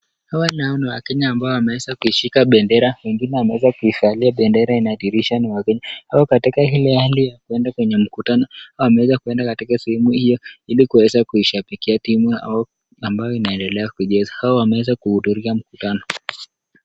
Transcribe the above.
Hao nao ni wakenya ambao wameweza kushika bendera mwingine ameweza kuivalia bendera inadhihirisha ni wakenya. Wako katika ile hali ya kuenda kwenye mkutano au wameweza kuenda katika sehemu hiyo ili kuweza kuishabikia timu au ambayo inaendelea kucheza au wameweza kuhudhuria mkutano.